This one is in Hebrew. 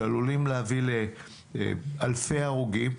שעלולים להביא לאלפי הרוגים,